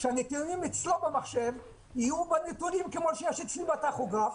שהנתונים אצלו במחשב יהיו נתונים כמו שיש אצלי בטכוגרף,